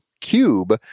cube